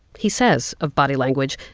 he says of body language,